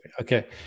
Okay